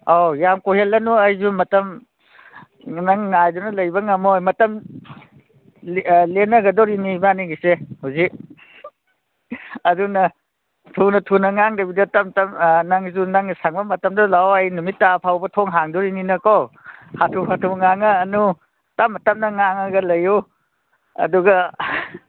ꯑꯧ ꯌꯥꯝ ꯀꯣꯏꯍꯜꯂꯅꯨ ꯑꯩꯁꯨ ꯃꯇꯝ ꯅꯪ ꯉꯥꯏꯗꯅ ꯂꯩꯕ ꯉꯝꯃꯣꯏ ꯃꯇꯝ ꯂꯦꯟꯅꯒꯗꯧꯔꯤꯝꯅꯤ ꯏꯕꯥꯅꯤꯁꯦ ꯍꯧꯖꯤꯛ ꯑꯗꯨꯅ ꯊꯨꯅ ꯊꯨꯅ ꯉꯥꯡꯗꯕꯤꯗ ꯇꯞ ꯇꯞ ꯅꯪꯁꯨ ꯅꯪꯒꯤ ꯁꯪꯕ ꯃꯇꯝꯗꯨꯗ ꯂꯥꯛꯑꯣ ꯑꯩ ꯅꯨꯃꯤꯠ ꯇꯥꯕ ꯐꯥꯎꯕ ꯊꯣꯡ ꯍꯥꯡꯗꯣꯔꯤꯝꯅꯤꯅꯀꯣ ꯍꯥꯊꯨ ꯍꯥꯊꯨ ꯉꯥꯡꯉꯛꯑꯅꯨ ꯇꯞꯅ ꯇꯞꯅ ꯉꯥꯡꯉꯒ ꯂꯩꯌꯨ ꯑꯗꯨꯒ